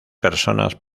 personas